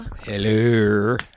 Hello